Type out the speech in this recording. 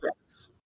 yes